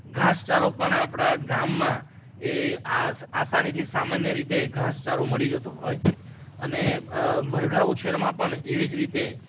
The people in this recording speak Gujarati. ઘાસચારો પણ આપણા ગામમાં એ આસાનીથી સામાન્ય રીતે ઘાસ ચારો મળી જતો હોય અને મરઘાં ઉછેરમાં પણ એવી જ રીતે